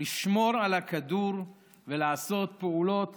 לשמור על הכדור ולעשות פעולות